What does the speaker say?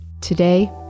today